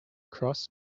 cross